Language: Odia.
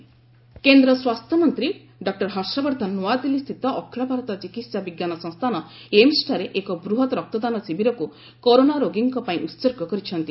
ଏଚ୍ଏମ୍ ବ୍ଲଡ୍ ଡୋନେସନ୍ କେନ୍ଦ୍ର ସ୍ୱାସ୍ଥ୍ୟ ମନ୍ତ୍ରୀ ଡକ୍ଟର ହର୍ଷବର୍ଦ୍ଧନ ନୂଆଦିଲ୍ଲୀସ୍ଥିତ ଅଖଳ ଭାରତ ଚିକିତ୍ସା ବିଜ୍ଞାନ ସଂସ୍ଥାନ ଏମ୍ସ୍ଠାରେ ଏକ ବୃହତ୍ ରକ୍ତଦାନ ଶିବିରକୁ କରୋନା ରୋଗୀଙ୍କ ପାଇଁ ୁସର୍ଗ କରିଛନ୍ତି